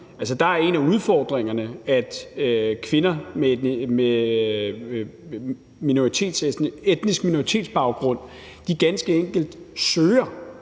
er en af udfordringerne, at kvinder med etnisk minoritetsbaggrund ganske enkelt søger